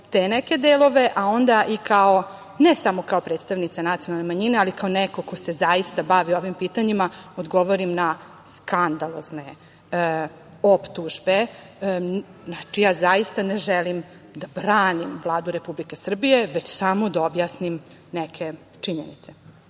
te neke delove, a onda ne samo kao predstavnica nacionalne manjine, ali kao neko ko se zaista bavio ovim pitanjima, odgovorim na skandalozne optužbe. Znači, ja zaista ne želim da branim Vladu Republike Srbije, već samo da objasnim neke činjenice.U